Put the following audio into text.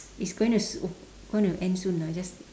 it's gonna s~ gonna end soon lah just